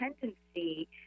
tendency